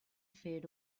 fer